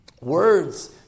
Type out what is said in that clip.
words